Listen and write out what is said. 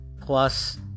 plus